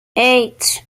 eight